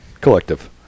Collective